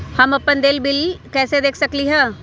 हम अपन देल बिल कैसे देख सकली ह?